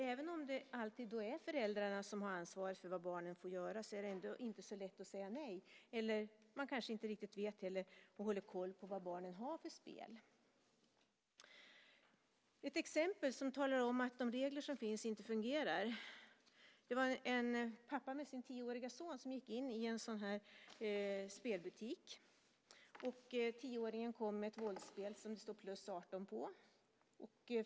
Även om det alltid är föräldrarna som har ansvaret för vad barnen får göra är det inte alltid så lätt att säga nej, eller man kanske inte heller riktigt vet eller håller koll på vad barnen har för spel. Låt mig ge ett exempel som visar att de regler som finns inte fungerar. Det var en pappa som med sin tioåriga son gick in i en spelbutik. Tioåringen tog ett våldsspel som det stod 18+ på.